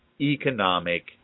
economic